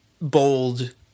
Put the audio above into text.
bold